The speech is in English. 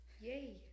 Yay